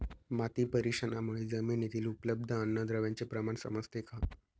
माती परीक्षणामुळे जमिनीतील उपलब्ध अन्नद्रव्यांचे प्रमाण समजते का?